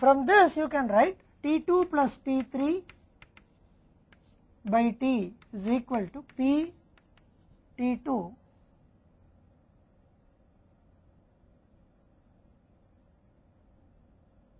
अब इसमें से आप t 2 plus t 3 में T लिख सकते हैं D T द्वारा P t 2 के बराबर है